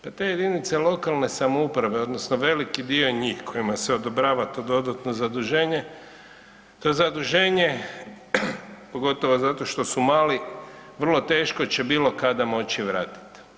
Pa te jedinice lokalne samouprave odnosno veliki dio njih kojima se odobrava to dodatno zaduženje, to zaduženje pogotovo zato što su mali vrlo teško će bilo kada moći vratiti.